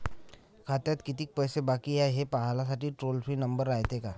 खात्यात कितीक पैसे बाकी हाय, हे पाहासाठी टोल फ्री नंबर रायते का?